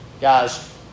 Guys